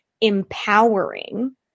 empowering